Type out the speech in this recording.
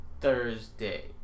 Thursday